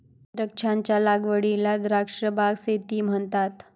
द्राक्षांच्या लागवडीला द्राक्ष बाग शेती म्हणतात